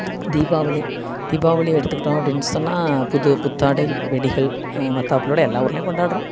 தீபாவளி தீபாவளி எடுத்துக்கிட்டோம் அப்படின்னு சொன்னால் புது புத்தாடை வெடிகள் மத்தாப்புகளோடு எல்லா ஊர்லேயும் கொண்டாடுறோம்